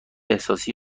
احساسی